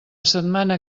setmana